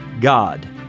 God